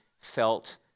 felt